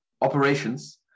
operations